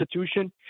institution